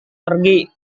pergi